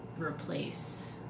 replace